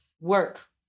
work